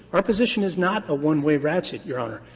our position is not a one-way ratchet, your honor.